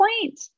point